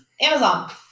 Amazon